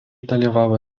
dalyvavo